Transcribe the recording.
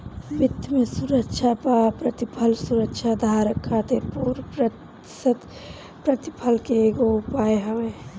वित्त में सुरक्षा पअ प्रतिफल सुरक्षाधारक खातिर पूर्व प्रत्याशित प्रतिफल के एगो उपाय हवे